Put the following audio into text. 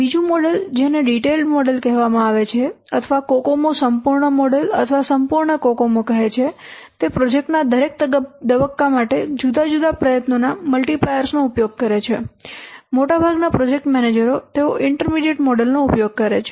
બીજું મોડેલ જેને detailed model કહેવામાં આવે છે અથવા કોકોમો સંપૂર્ણ મોડેલ અથવા સંપૂર્ણ કોકોમો કહે છે તે પ્રોજેક્ટના દરેક તબક્કા માટે જુદા જુદા પ્રયત્નોના મલ્ટીપ્લાયર્સનો ઉપયોગ કરે છે મોટાભાગના પ્રોજેક્ટ મેનેજરો તેઓ ઇન્ટરમીડિએટ મોડેલ નો ઉપયોગ કરે છે